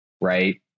Right